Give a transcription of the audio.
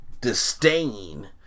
disdain